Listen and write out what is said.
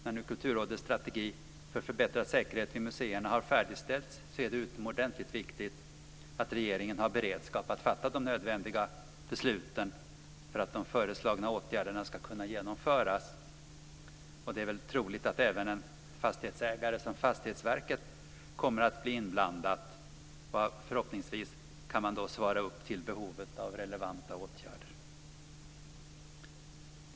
När nu Kulturrådets strategi för förbättrad säkerhet vid museerna har färdigställts är det utomordentligt viktigt att regeringen har beredskap att fatta de nödvändiga besluten för att de föreslagna åtgärderna ska kunna genomföras. Det är troligt att även en fastighetsägare som Fastighetsverket kommer att bli inblandad. Förhoppningsvis kan man då svara upp mot behovet av relevanta åtgärder.